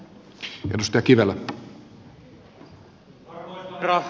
arvoisa herra puhemies